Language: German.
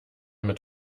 mit